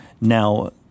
Now